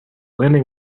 landing